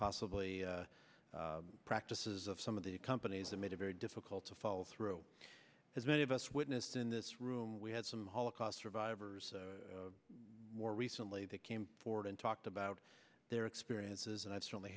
possibly the practices of some of the companies that made it very difficult to follow through as many of us witnessed in this room we had some holocaust survivors where recently they came forward and talked about their experiences and i've certainly